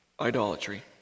idolatry